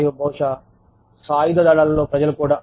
మరియు బహుశా సాయుధ దళాలలో ప్రజలు కూడా